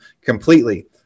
completely